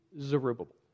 Zerubbabel